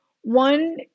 one